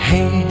Hey